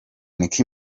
nick